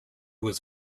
was